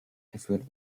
geführt